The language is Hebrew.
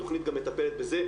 התכנית גם מטפלת בזה.